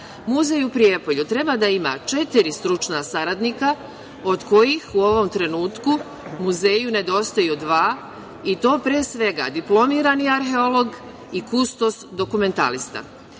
Muzej u Prijepolju treba da ima četiri stručna saradnika, od kojih u ovom trenutku muzeju nedostaju dva, i to pre svega diplomirani arheolog i kustos dokumentalista. Takođe,